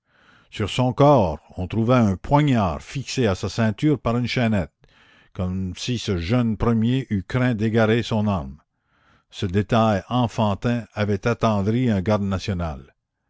sur son corps on trouva un poignard fixé à sa ceinture par une chaînette comme si ce jeune premier eût craint d'égarer son arme ce détail enfantin avait attendri un garde national